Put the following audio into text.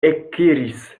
ekkriis